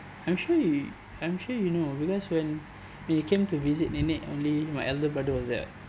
I'm sure you I'm sure you know because when when you came to visit nenek only my elder brother was there [what]